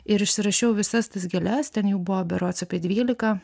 ir užsirašiau visas tas gėles ten jų buvo berods apie dvylika